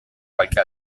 qualche